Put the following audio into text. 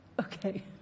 Okay